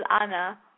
Anna